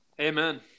amen